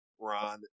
Ron